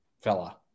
fella